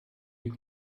you